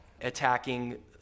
attacking